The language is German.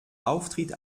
auftritt